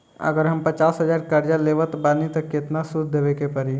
अगर हम पचास हज़ार कर्जा लेवत बानी त केतना सूद देवे के पड़ी?